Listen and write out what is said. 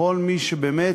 לכל מי שבאמת,